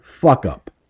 fuck-up